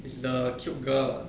is the cute girl